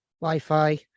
wi-fi